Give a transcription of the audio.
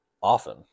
often